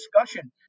discussion